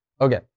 okay